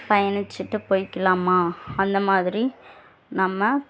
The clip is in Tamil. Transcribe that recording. பயணிச்சிட்டு போயிக்கலாமா அந்த மாதிரி நம்ம